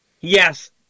Yes